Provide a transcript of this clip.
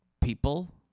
people